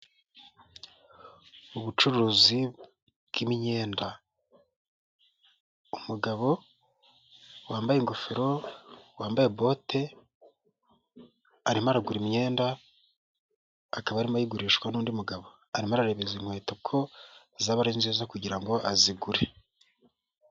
Ubucuruzi bw'imyenda, umugabo wambaye ingofero, wambaye bote, arimo aragura imyenda, akaba arimo ayigurishwa n'undi mugabo, arimo arareba neza inkweto ko zaba ari nziza kugira ngo azigure.